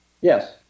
Yes